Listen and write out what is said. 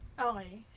Okay